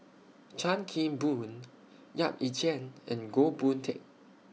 Chan Kim Boon Yap Ee Chian and Goh Boon Teck